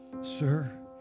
sir